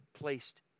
placed